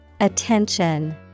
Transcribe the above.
Attention